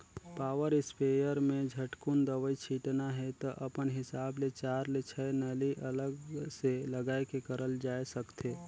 power sprayer में झटकुन दवई छिटना हे त अपन हिसाब ले चार ले छै नली अलग से लगाये के करल जाए सकथे